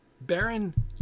Baron